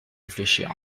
réfléchir